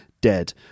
dead